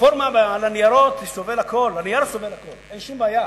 הנייר סובל הכול, אין שום בעיה.